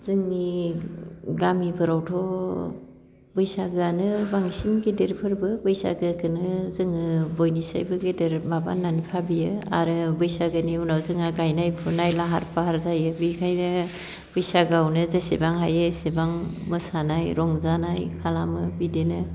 जोंनि गामिफोरावथ' बैसागोआनो बांसिन गिदिर फोरबो बैसाखोनो जोङो बयनिसायबो गेदेर माबा होननानै भाबियो आरो बैसागोनि उनाव जोंहा गायनाय फुनाय लाहार फाहार जायो बेखायनो बैसागोआवनो जेसेबां हायो एसेबां मोसानाय रंजानाय खालामो बिदिनो